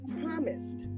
promised